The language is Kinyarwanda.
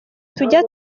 tujya